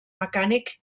mecànic